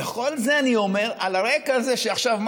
וכל זה אני אומר על הרקע הזה שעכשיו,